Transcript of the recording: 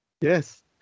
Yes